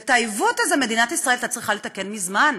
ואת העיוות הזה מדינת ישראל הייתה צריכה לתקן מזמן,